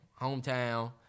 hometown